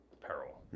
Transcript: peril